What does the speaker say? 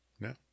no